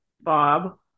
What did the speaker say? Bob